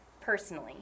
personally